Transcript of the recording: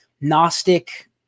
Gnostic